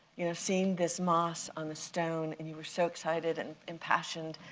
seeing this moss on the stone. and you were so excited and impassioned,